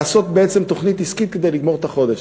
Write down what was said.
לעשות בעצם תוכנית עסקית כדי לגמור את החודש.